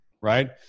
right